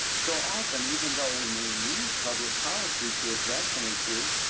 so often, even though we may need public policy to address an issue,